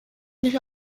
nicht